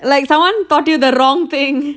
like someone taught you the wrong thing